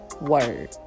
word